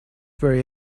very